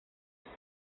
děje